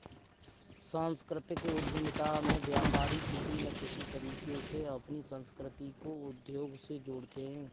सांस्कृतिक उद्यमिता में व्यापारी किसी न किसी तरीके से अपनी संस्कृति को उद्योग से जोड़ते हैं